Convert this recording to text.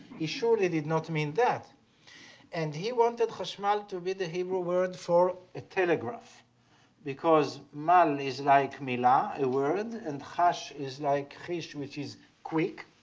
he surely did not mean that and he wanted chashmal to be the hebrew word for a telegraph because mal is like milah a word and chash is like fish which is quick.